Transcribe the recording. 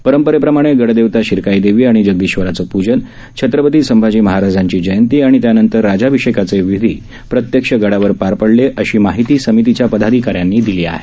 परंपरेप्रमाणे गडदेवता शिरकाई देवी आणि जगदीश्वराचं प्जन छत्रपती संभाजी महाराजांची जयंती आणि त्यानंतर राजाभिषेकाचे विधी प्रत्यक्ष गडावर पार पडली अशी माहिती समितीच्या पदाधिकाऱ्यांनी दिली आहे